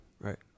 Right